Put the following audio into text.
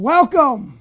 Welcome